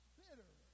bitter